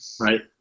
right